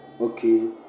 Okay